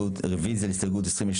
הרוויזיה על הסתייגות מספר 39?